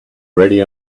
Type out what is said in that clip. ready